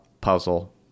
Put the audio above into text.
puzzle